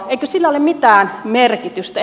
eikö sillä ole mitään merkitystä